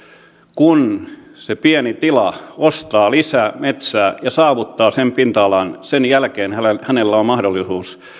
kun se pieni tila ostaa lisää metsää ja saavuttaa sen pinta alan sen jälkeen sillä on mahdollisuus